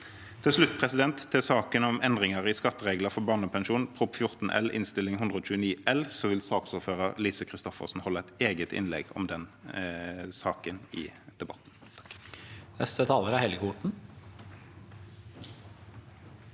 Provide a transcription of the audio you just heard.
Til slutt: Når det gjelder endringer i skatteregler for barnepensjon, Prop. 14 L, Innst. 129 L, vil saksordfører, Lise Christoffersen, holde et eget innlegg om den saken i debatten.